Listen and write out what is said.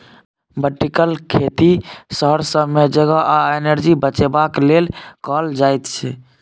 vertical खेती शहर सब मे जगह आ एनर्जी बचेबाक लेल कएल जाइत छै